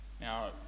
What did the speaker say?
Now